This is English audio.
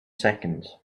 seconds